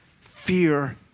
Fear